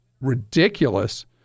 ridiculous